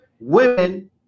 Women